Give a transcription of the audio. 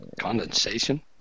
Condensation